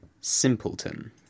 simpleton